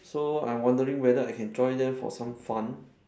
so I'm wondering whether I can join them for some fun